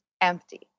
empty